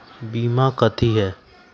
बीमा कथी है?